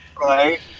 Right